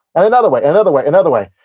and another way, another way, another way.